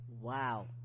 Wow